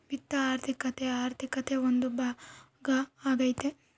ವಿತ್ತ ಆರ್ಥಿಕತೆ ಆರ್ಥಿಕತೆ ಒಂದು ಭಾಗ ಆಗ್ಯತೆ